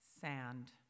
Sand